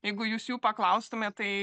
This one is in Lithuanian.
jeigu jūs jų paklaustumėt tai